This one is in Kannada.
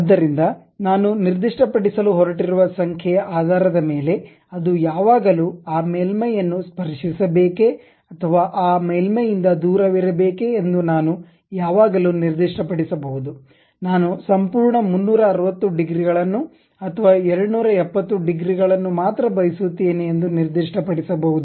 ಆದ್ದರಿಂದ ನಾನು ನಿರ್ದಿಷ್ಟಪಡಿಸಲು ಹೊರಟಿರುವ ಸಂಖ್ಯೆಯ ಆಧಾರದ ಮೇಲೆ ಅದು ಯಾವಾಗಲೂ ಆ ಮೇಲ್ಮೈಯನ್ನು ಸ್ಪರ್ಶಿಸಬೇಕೇ ಅಥವಾ ಆ ಮೇಲ್ಮೈಯಿಂದ ದೂರವಿರಬೇಕೆ ಎಂದು ನಾನು ಯಾವಾಗಲೂ ನಿರ್ದಿಷ್ಟಪಡಿಸಬಹುದು ನಾನು ಸಂಪೂರ್ಣ 360 ಡಿಗ್ರಿಗಳನ್ನು ಅಥವಾ 270 ಡಿಗ್ರಿಗಳನ್ನು ಮಾತ್ರ ಬಯಸುತ್ತೇನೆ ಎಂದು ನಿರ್ದಿಷ್ಟಪಡಿಸಬಹುದು